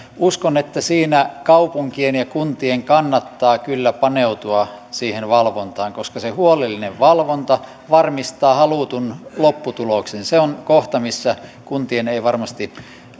uskon että kaupunkien ja kuntien kannattaa kyllä paneutua siihen valvontaan koska huolellinen valvonta varmistaa halutun lopputuloksen se on kohta missä kuntien ei varmasti